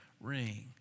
ring